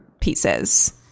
pieces